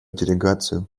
делегацию